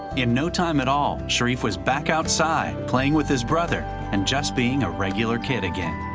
in no time at all, sharif was back outside, playing with his brothers, and just being a regular kid again.